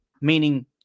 meaning